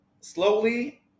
slowly